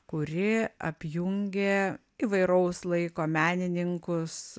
kuri apjungė įvairaus laiko menininkus